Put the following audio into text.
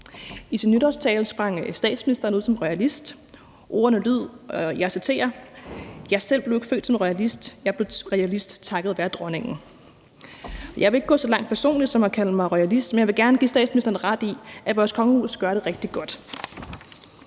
I sin nytårstale sprang statsministeren ud som royalist, og ordene lød: »Jeg selv blev ikke født som royalist. Jeg blev royalist takket være dronningen.« Jeg vil ikke gå så langt personligt som at kalde mig royalist, men jeg vil gerne give statsministeren ret i, at vores kongehus gør det rigtig godt.